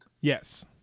Yes